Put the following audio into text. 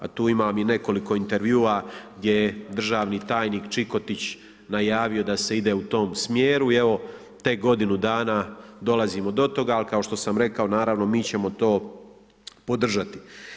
A tu imam i nekoliko intervjua gdje je državni tajnik Čikotić najavio da se ide u tom smjeru i evo, tek godinu dana, dolazimo do toga, ali kao što sam rekao, naravno mi ćemo to podržati.